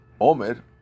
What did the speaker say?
omer